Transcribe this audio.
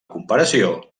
comparació